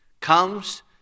comes